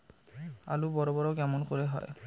আলু বড় বড় কেমন করে হয়?